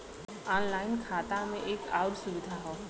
online खाता में एक आउर सुविधा हौ